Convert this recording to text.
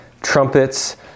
trumpets